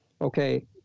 Okay